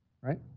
right